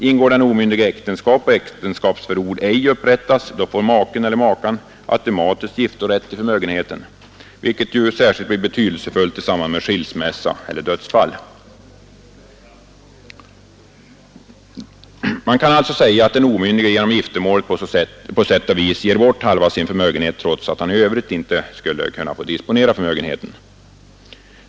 Ingår den omyndige äktenskap och äktenskapsförord ej upprättas, får maken eller makan automatiskt giftorätt i förmögenheten, vilket ju blir särskilt betydelsefullt i samband med skilsmässa eller dödsfall. Man kan alltså säga att den omyndige genom giftermålet på sätt och vis ger bort halva sin förmögenhet, trots att han i övrigt inte skulle kunna få disponera förmögenheten.